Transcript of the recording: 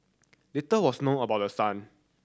little was known about the son